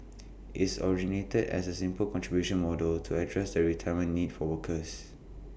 its originated as A simple contributions model to address the retirement needs for workers